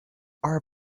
our